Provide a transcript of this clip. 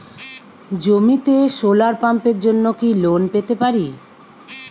জমিতে সোলার পাম্পের জন্য কি লোন পেতে পারি?